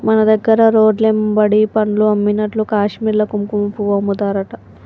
మన దగ్గర రోడ్లెమ్బడి పండ్లు అమ్మినట్లు కాశ్మీర్ల కుంకుమపువ్వు అమ్ముతారట